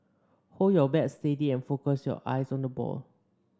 hold your bat steady and focus your eyes on the ball